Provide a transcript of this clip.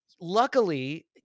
Luckily